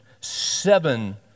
seven